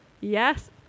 Yes